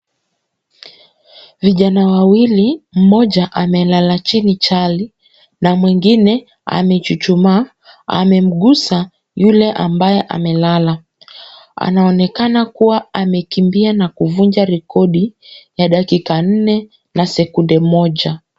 Vijana wawili, mmoja amelala chini chali na mwingine amechuchumaa, amemgusa yule ambaye lala, anaonekana kuwa amekimbia na kuvunja rekodi ya dakika nne na sekunde moja.